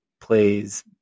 plays